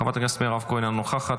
חברת הכנסת מירב כהן אינה נוכחת,